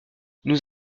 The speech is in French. nous